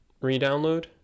re-download